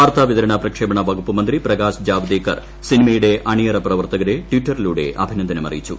വാർത്താ വിതരണ പ്രക്ഷേപണ വകുപ്പുമന്ത്രി പ്രകാശ് ജാവ്ദേക്കർ സിനിമയുടെ അണിയറ പ്രവർത്തകരെ ട്വിറ്ററിലൂടെ അഭിനന്ദനം അറിയിച്ചു